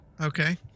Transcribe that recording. Okay